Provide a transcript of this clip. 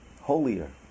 holier